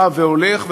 בא והולך,